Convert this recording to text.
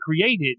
created